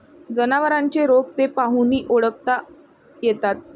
जनावरांचे रोग ते पाहूनही ओळखता येतात